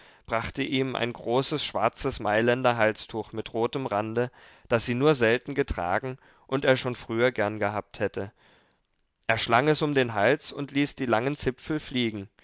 brachte ihm ein großes schwarzes mailänder halstuch mit rotem rande das sie nur selten getragen und er schon früher gern gehabt hätte er schlang es um den hals und ließ die langen zipfel fliegen